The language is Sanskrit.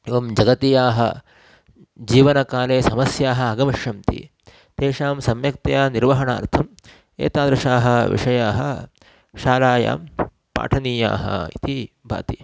एवं जगतीयाः जीवनकाले समस्याः आगमिष्यन्ति तेषां सम्यक्तया निर्वहणार्थम् एतादृशाः विषयाः शालायां पाठनीयाः इति भाति